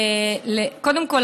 קודם כול,